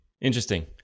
Interesting